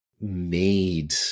made